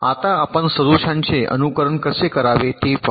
आता आपण सदोषांचे अनुकरण कसे करावे ते पाहू